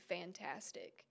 fantastic